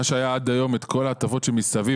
מה שהיה היום זה שאת כל ההטבות שמסביב